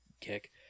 kick